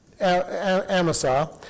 Amasa